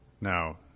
now